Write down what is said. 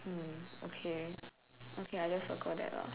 mm okay okay I just circle that lah